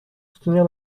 soutenir